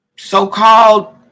So-called